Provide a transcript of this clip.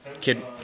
Kid